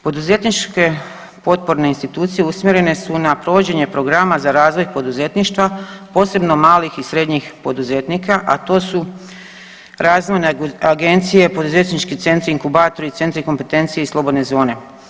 Poduzetničke potporne institucije usmjerene su na provođenje programa za razvoj poduzetništva posebno malih i srednjih poduzetnika, a to su razvojne agencije, poduzetnički centri, inkubatori, centri kompetencije i slobodne zone.